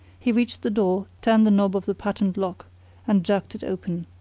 he reached the door, turned the knob of the patent lock and jerked it open.